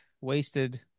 wasted